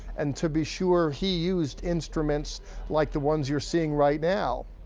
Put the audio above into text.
and to be sure, he used instruments like the ones you're seeing right now.